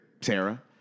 Sarah